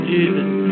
Jesus